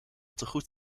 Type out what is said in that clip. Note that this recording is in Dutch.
tegoed